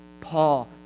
Paul